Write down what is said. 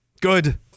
Good